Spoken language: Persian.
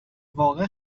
واقع